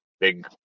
big